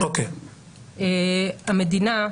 המדינה,